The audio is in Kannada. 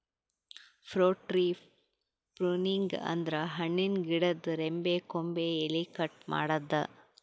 ಫ್ರೂಟ್ ಟ್ರೀ ಪೃನಿಂಗ್ ಅಂದ್ರ ಹಣ್ಣಿನ್ ಗಿಡದ್ ರೆಂಬೆ ಕೊಂಬೆ ಎಲಿ ಕಟ್ ಮಾಡದ್ದ್